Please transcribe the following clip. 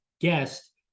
guest